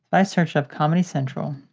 i search up comedy central